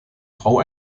frau